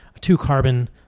two-carbon